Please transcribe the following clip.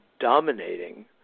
Dominating